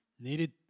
needed